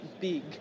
big